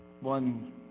one